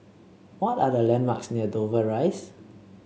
what are the landmarks near Dover Rise